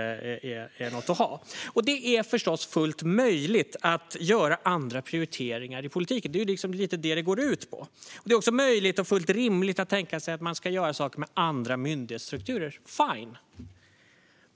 är ingenting att ha. Det är förstås fullt möjligt att göra andra prioriteringar i politiken. Det är liksom lite det det går ut på. Det är också möjligt och fullt rimligt att tänka sig att man ska göra saker med andra myndighetsstrukturer - fine!